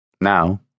Now